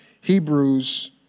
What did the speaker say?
Hebrews